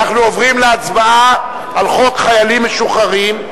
אנחנו עוברים להצבעה על חוק חיילים משוחררים,